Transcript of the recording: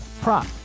prop